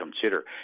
consider